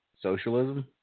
socialism